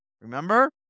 Remember